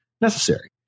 necessary